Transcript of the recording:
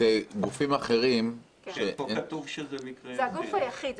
גופים אחרים --- זה הגוף היחיד,